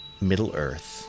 Middle-earth